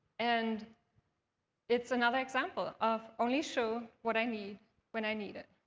and it's another example of only show what i need when i need it.